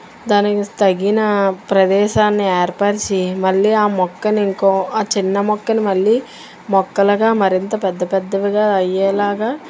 దానికి తగిన ప్రదేశాన్ని ఏర్పరచి మళ్ళీ ఆ మొక్కని ఇంకో ఆ చిన్న మొక్కని మళ్ళీ మొక్కలుగా మరింత పెద్ద పెద్దవిగా అయ్యేలాగా